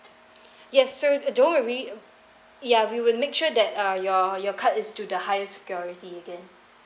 yes so don't worry ya we will make sure that uh your your card is to the highest security then